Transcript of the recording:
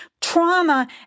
trauma